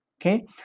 Okay